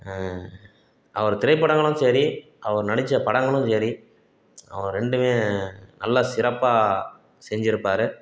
அவர் திரைப்படங்களும் சரி அவர் நடித்த படங்களும் சரி அவர் ரெண்டுமே நல்லா சிறப்பாக செஞ்சிருப்பார்